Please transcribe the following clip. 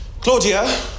Claudia